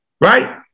Right